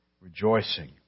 rejoicing